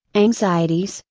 anxieties,